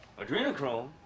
adrenochrome